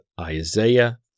Isaiah